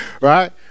Right